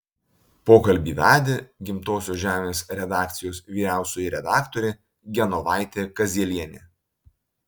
pokalbį vedė gimtosios žemės redakcijos vyriausioji redaktorė genovaitė kazielienė